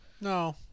No